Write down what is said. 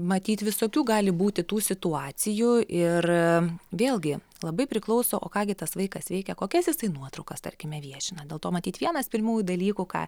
matyt visokių gali būti tų situacijų ir vėlgi labai priklauso o ką gi tas vaikas veikia kokias jisai nuotraukas tarkime viešina dėl to matyt vienas pirmųjų dalykų ką